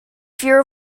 fear